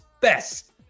best